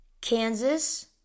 Kansas